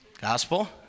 Gospel